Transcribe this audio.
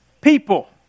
People